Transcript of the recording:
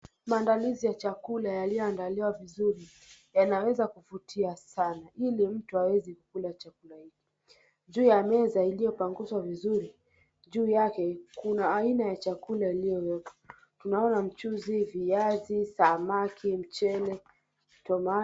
Maandalizi ya chakula yaliyoandaliwa vizuri yanaweza kuvutia sana ili mtu aweze kula chakula hicho. Juu ya meza iliyopanguzwa vizuri juu yake kuna aina ya chakula iliyowekwa. Tunaona mchuzi, viazi, samaki, mchele, tomato .